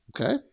Okay